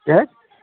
کیٛاہ